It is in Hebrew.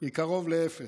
היא קרוב לאפס.